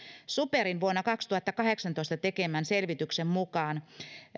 superin vuonna kaksituhattakahdeksantoista tekemän selvityksen mukaan